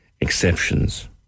exceptions